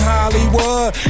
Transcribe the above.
Hollywood